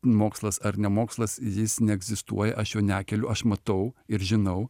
mokslas ar ne mokslas jis neegzistuoja aš jo nekeliu aš matau ir žinau